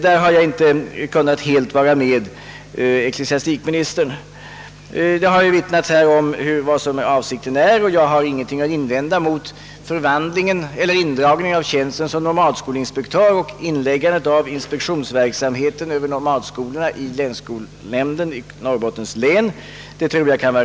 Här har redan nämnts vad avsikten är. Jag har ingenting att invända mot indragningen av tjänsten som nomadskolinspektör och inläggandet av inspektionsverksamheten över nomadskolorna under länsskolnämnden i Norrbotten.